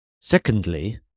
Secondly